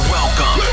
Welcome